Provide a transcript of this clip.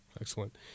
Excellent